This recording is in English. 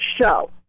show